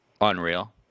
unreal